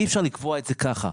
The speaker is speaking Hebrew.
אי אפשר לקבוע את זה כך.